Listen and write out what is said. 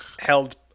held